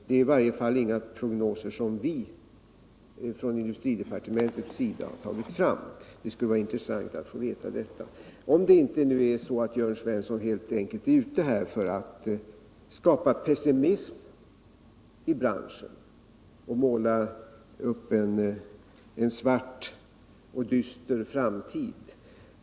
Det är i varje fall ingen prognos som vi från industridepartementets sida har tagit fram. Det skulle vara intressant att få veta detta — om nu inte Jörn Svensson helt enkelt är ute för att skapa pessimism i branschen och måla upp en svart och dyster framtid.